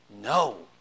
No